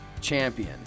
champion